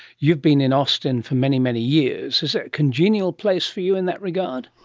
you've been in austin for many, many years. is that a congenial place for you in that regard?